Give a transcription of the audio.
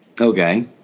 Okay